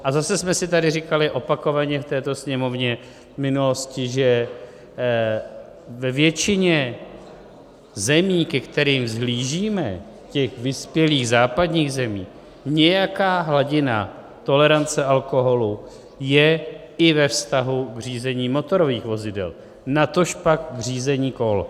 A zase jsme si tady říkali opakovaně v této Sněmovně v minulosti, že ve většině zemí, ke kterým vzhlížíme, těch vyspělých, západních zemí, nějaká hladina tolerance alkoholu je i ve vztahu k řízení motorových vozidel, natožpak k řízení kol.